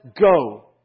go